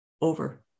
over